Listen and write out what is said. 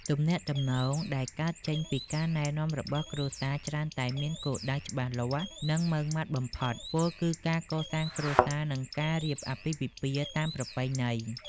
ទំនាក់ទំនងដែលកើតចេញពីការណែនាំរបស់គ្រួសារច្រើនតែមានគោលដៅច្បាស់លាស់ និងម៉ឺងម៉ាត់បំផុត ពោលគឺការកសាងគ្រួសារ និងការរៀបអាពាហ៍ពិពាហ៍តាមប្រពៃណី។